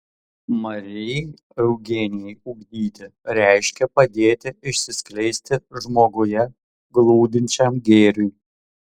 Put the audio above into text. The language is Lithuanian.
marijai eugenijai ugdyti reiškia padėti išsiskleisti žmoguje glūdinčiam gėriui